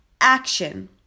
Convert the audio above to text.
action